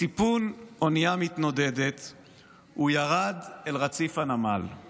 מסיפון אונייה מתנודדת / הוא ירד אל רציף הנמל /